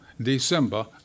December